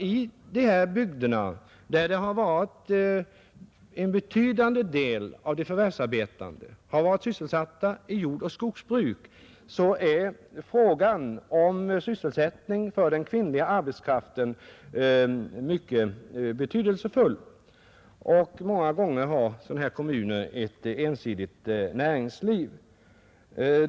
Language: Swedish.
I dessa bygder där en betydande del av de förvärvsarbetande har varit sysselsatta i jordoch skogsbruk är frågan om sysselsättning för den kvinnliga arbetskraften mycket betydelsefull. Många gånger har dessa kommuner ett ensidigt näringsliv.